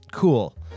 Cool